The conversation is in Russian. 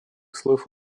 слоев